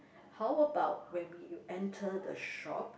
how about when we enter the shop